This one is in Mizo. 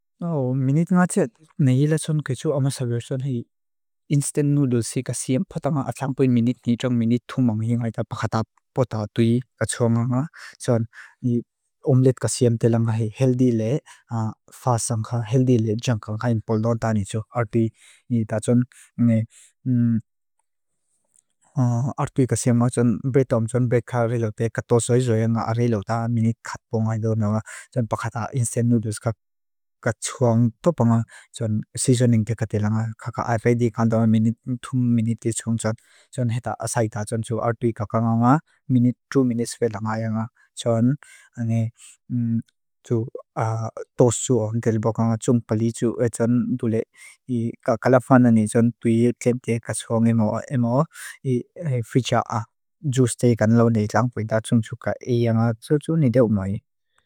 Minit nga tse, nei ila tson kechu omasa verson hi instant noodles hi ka siem, pata nga atangpin minit ni, tsong minit thumong hi ngaida pakata pota tui ka tsong nga. Son, ni omlet ka siem te langa hi healthy le fast sangha, healthy le junkang ka in polnon ta ni tsok artui. Ni ta tson nga artui ka siem a tson betom tson bet ka relo te ka tosoi zoi nga relo ta minit khat ponga hi do nga tson pakata instant noodles ka tsong topa nga tson seasoning keka te langa. Kaka already kanta nga minit, thum minit ti tsong tson, tson heta asai ta tson tsu artui kaka nga nga minit, two minutes fe langa hi nga. Tson, ni tsok tosoi zoi nga relo boka nga tsong pali tsoi, e tson tulik hi kakala fana ni tson tui kemke kacong emo, emo, hi ficha a zoi stay kan lau nei langa peita tsong tsuka. Ia nga tsok tsok ni deo mai.